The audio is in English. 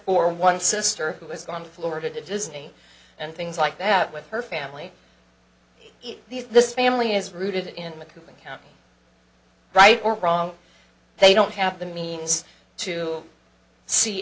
for one sister who is going to florida to disney and things like that with her family these this family is rooted in macau right or wrong they don't have the means to see